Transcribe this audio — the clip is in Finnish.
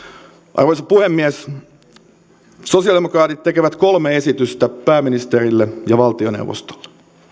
arvoisa puhemies sosiaalidemokraatit tekevät kolme esitystä pääministerille ja valtioneuvostolle